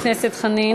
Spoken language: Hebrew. תודה, חבר הכנסת חנין.